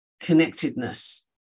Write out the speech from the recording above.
Connectedness